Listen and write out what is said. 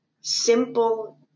simple